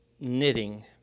knitting